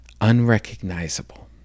unrecognizable